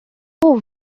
though